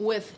with